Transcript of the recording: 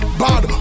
bad